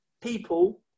people